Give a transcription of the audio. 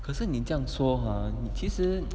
可是你这样说 ah 你其实